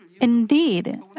Indeed